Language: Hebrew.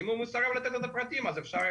אם הוא מסרב לתת את הפרטים אז אפשר יהיה